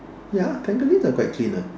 ya are quite clean [what]